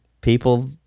people